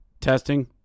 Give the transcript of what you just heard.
testing